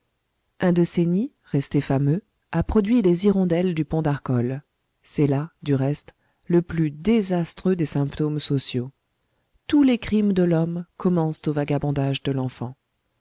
un de ces nids resté fameux a produit les hirondelles du pont d'arcole c'est là du reste le plus désastreux des symptômes sociaux tous les crimes de l'homme commencent au vagabondage de l'enfant